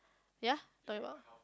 ya talking about